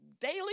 Daily